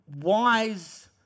wise